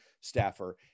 staffer